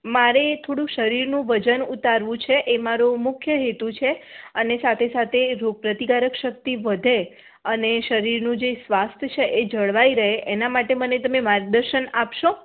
મારે થોડું શરીરનું વજન ઉતારવું છે એ મારો મુખ્ય હેતુ છે અને સાથે સાથે રોગ પ્રતિકારક શક્તિ વધે અને શરીરનું જે સ્વાસ્થ્ય છે એ જળવાઈ રહે એના માટે મને તમે મને માર્ગદર્શન આપશો